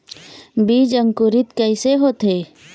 बीज अंकुरित कैसे होथे?